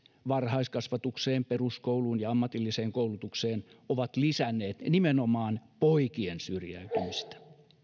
varhaiskasvatukseen peruskouluun ja ammatilliseen koulutukseen ovat lisänneet nimenomaan poikien syrjäytymistä